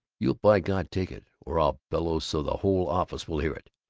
you'll by god take it, or i'll bellow so the whole office will hear it!